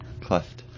cleft